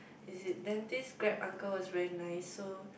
is it then this Grab uncle is very nice so